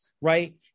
right